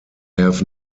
have